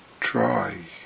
try